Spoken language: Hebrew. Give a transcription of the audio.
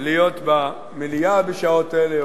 להיות במליאה בשעות אלה.